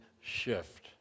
shift